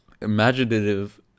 imaginative